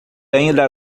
ainda